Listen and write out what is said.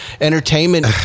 entertainment